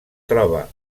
troba